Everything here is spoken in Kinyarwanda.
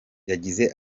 yagize